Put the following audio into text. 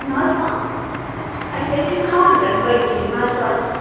نہ حَظ اسہِ حَظ چھُ خاندر بچی مگرسۄ چھِ